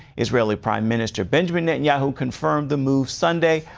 israeli prime minister benjamin netanyahu confirmed the move sunday,